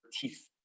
teeth